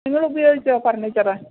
നിങ്ങൾ ഉപയോഗിച്ചോ ഫർണിച്ചറ്